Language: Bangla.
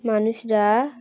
মানুষরা